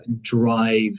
drive